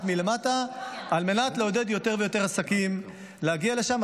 מלמטה על מנת לעודד יותר ויותר עסקים להגיע לשם.